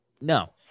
no